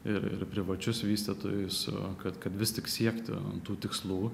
ir ir privačius vystytojus kad kad vis tik siekti tų tikslų